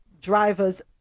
driver's